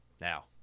now